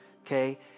okay